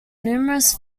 numerous